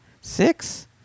six